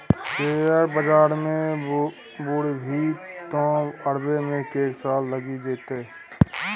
share बजार मे बुरभी तँ उबरै मे कैक साल लगि जेतौ